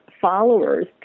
followers